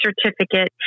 certificate